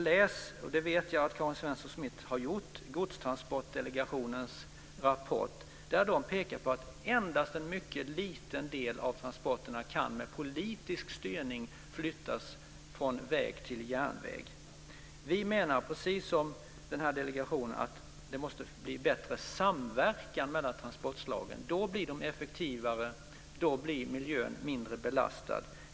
Jag vet att Karin Svensson Smith har läst Godstransportdelegationens rapport, som pekar på att endast en mycket liten del av transporterna med politisk styrning kan flyttas från väg till järnväg. Vi menar precis som delegationen att det måste bli en bättre samverkan mellan transportslagen. Då blir de effektivare, och då blir miljön mindre belastad.